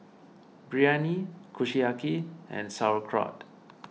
Biryani Kushiyaki and Sauerkraut